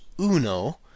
uno